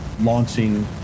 launching